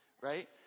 right